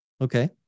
Okay